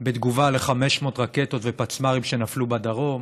בתגובה על 500 רקטות ופצמ"רים שנפלו בדרום.